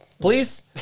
please